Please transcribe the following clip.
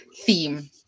theme